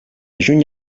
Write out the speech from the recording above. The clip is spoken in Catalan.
juny